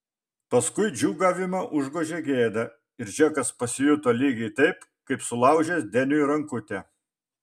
paskui džiūgavimą užgožė gėda ir džekas pasijuto lygiai taip kaip sulaužęs deniui rankutę